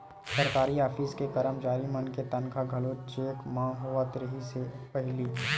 सरकारी ऑफिस के करमचारी मन के तनखा घलो चेक म होवत रिहिस हे पहिली